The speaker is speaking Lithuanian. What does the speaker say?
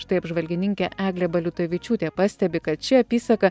štai apžvalgininkė eglė baliutavičiūtė pastebi kad ši apysaka